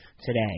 today